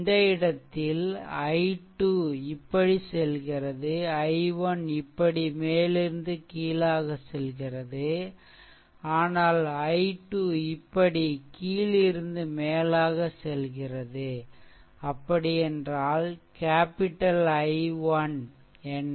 இந்த இடத்தில் i2 இப்படி செல்கிறது i1 இப்படி மேலிருந்து கீழாக செல்கிறது ஆனால் i2 இப்படி கீழிருந்து மேலாக செல்கிறது அப்படியென்றால் கேப்பிடல் I1 என்ன